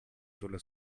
sulla